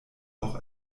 auch